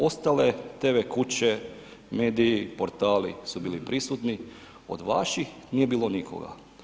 Ostale TV kuće, mediji, portali su bili prisutni, do vaših nije bilo nikoga.